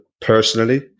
personally